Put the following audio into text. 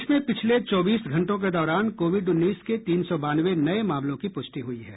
प्रदेश में पिछले चौबीस घंटों के दौरान कोविड उन्नीस के तीन सौ बानवे नये मामलों की पुष्टि हुई है